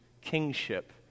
kingship